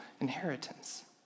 inheritance